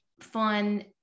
fun